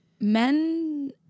men